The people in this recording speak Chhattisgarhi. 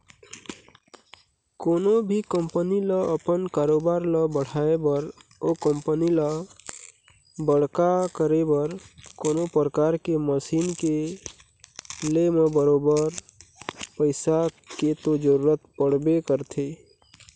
कोनो भी कंपनी ल अपन कारोबार ल बढ़ाय बर ओ कंपनी ल बड़का करे बर कोनो परकार के मसीन के ले म बरोबर पइसा के तो जरुरत पड़बे करथे